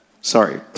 sorry